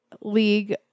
League